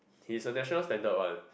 he's a national standard one